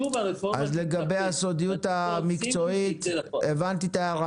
שוב הרפורמה --- לגבי הסודיות המקצועית הבנתי את ההערה.